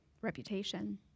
reputation